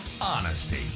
honesty